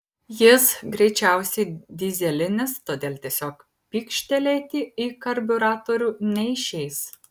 jis greičiausiai dyzelinis todėl tiesiog pykštelėti į karbiuratorių neišeis